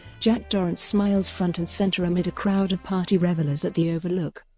jack torrance smiles front and center amid a crowd of party revelers at the overlook.